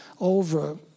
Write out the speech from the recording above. over